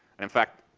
in fact,